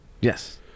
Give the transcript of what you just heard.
Yes